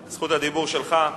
זכות הדיבור שלך.